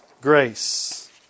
grace